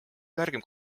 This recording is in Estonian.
kõrgem